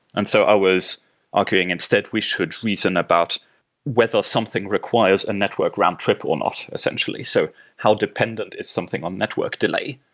and so i was arguing instead we should reason about whether something requires a network round trip or not, essentially. so how dependent is something on network delay,